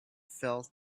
felt